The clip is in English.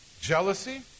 Jealousy